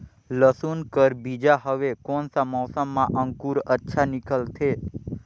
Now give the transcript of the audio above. लसुन कर बीजा हवे कोन सा मौसम मां अंकुर अच्छा निकलथे?